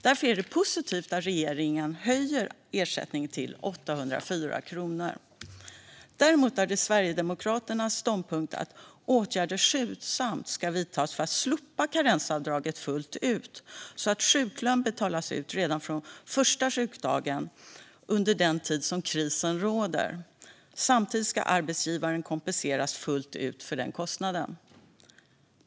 Därför är det positivt att regeringen höjer ersättningen till 804 kronor. Däremot är det Sverigedemokraternas ståndpunkt att åtgärder skyndsamt ska vidtas för att slopa karensavdraget fullt ut så att sjuklön betalas ut redan från första sjukdagen under den tid som krisen råder. Samtidigt ska arbetsgivaren kompenseras fullt ut för denna kostnad.